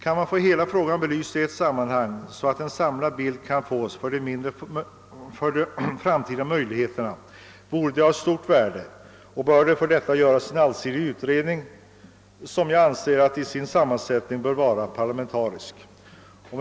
Kan hela frågan bli belyst i ett sammanhang, så att en samlad bild erhålles av de framtida möjligheterna, vore det av stor betydelse. Vi bör därför fatta beslut om en utredning, som till sin sammansättning bör vara parlamentarisk och som skall allsidigt utreda frågan.